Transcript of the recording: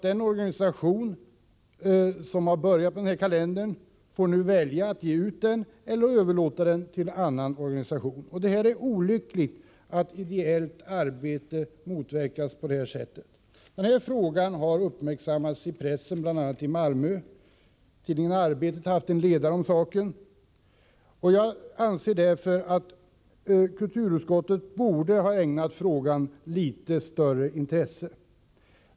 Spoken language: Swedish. Den organisation som börjat ge ut den här kalendern får nu sluta att göra det eller överlåta utgivningen till annan organisation. Det är olyckligt att ideellt arbete på det sättet motverkas. Frågan har uppmärksammats i pressen, bl.a. i Malmö. Tidningen Arbetet har haft en ledare om saken, och jag anser därför att kulturutskottet borde ha ägnat frågan litet större intresse.